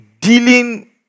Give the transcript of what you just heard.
dealing